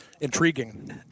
Intriguing